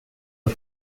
los